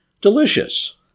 delicious